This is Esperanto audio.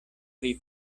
pri